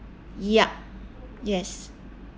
ya yes